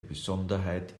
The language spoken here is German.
besonderheit